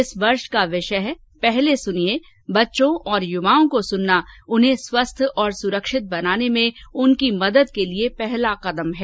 इस वर्ष का विषय है पहले सुनिए बच्चों और युवाओं को सुनना उन्हें स्वस्थ और सुरक्षित बनाने में उनकी मदद के लिए पहला कदम है